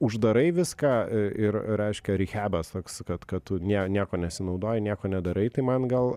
uždarai viską i ir reiškia rihebas toks kad kad tu nie niekuo nesinaudoji nieko nedarai tai man gal